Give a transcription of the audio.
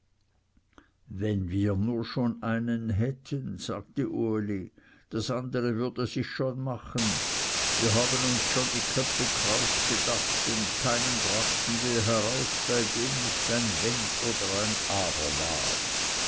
wenn wir nur schon einen hätten sagte uli das andere würde sich schon machen wir haben uns schon die köpfe kraus gedacht und keinen brachten wir heraus bei dem nicht ein wenn oder ein aber war